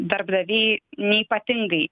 darbdaviai neypatingai